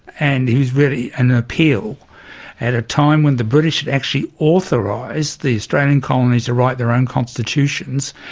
and it was really an appeal at a time when the british had actually authorised the australian colonies to write their own constitutions,